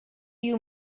you